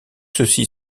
ceci